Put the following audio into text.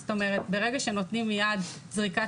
זאת אומרת ברגע שנותנים מיד זריקת